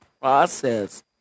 process